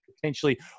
potentially